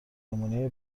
نمونهی